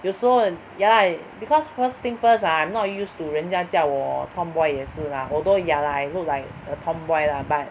比如说 ya lah because first thing first ah I'm not used to 人家叫我 tomboy 也是 lah although ya lah I look like a tomboy lah but